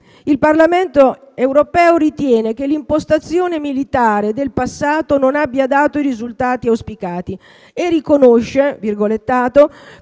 Il Parlamento europeo ritiene che l'impostazione militare del passato non abbia dato i risultati auspicati e riconosce che